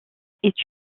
est